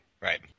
Right